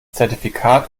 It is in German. zertifikat